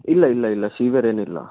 ಇಲ್ಲ ಇಲ್ಲ ಇಲ್ಲ ಸಿವಿಯರ್ ಏನಿಲ್ಲ